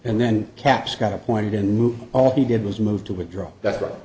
and then capps got appointed and moved all he did was move to withdraw that's right